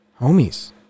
homies